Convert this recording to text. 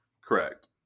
Correct